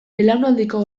belaunaldiko